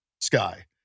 sky